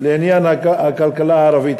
לעניין הכלכלה הערבית.